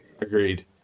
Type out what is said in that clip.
Agreed